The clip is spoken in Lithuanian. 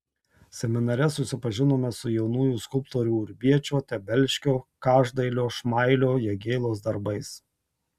seminare susipažinome su jaunųjų skulptorių urbiečio tebelškio každailio šmailio jagėlos darbais